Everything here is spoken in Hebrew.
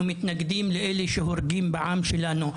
אנחנו מתנגדים לאלה שהורגים בעם שלנו,